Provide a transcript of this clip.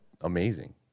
amazing